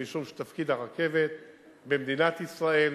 כי תפקיד הרכבת במדינת ישראל,